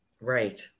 Right